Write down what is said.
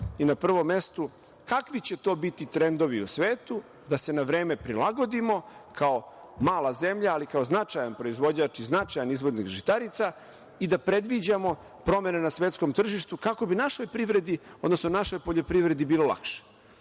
i na prvom mestu kakvi će to biti trendovi u svetu da se na vreme prilagodimo kao mala zemlja, ali kao značajan proizvođač i značajan izvoznik žitarica i da predviđamo promene na svetskom tržištu kako bi našoj privredi, odnosno našoj poljoprivredi bilo